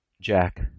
Jack